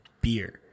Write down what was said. beer